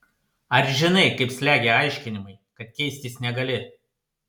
ar žinai kaip slegia aiškinimai kad keistis negali